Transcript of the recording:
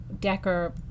Decker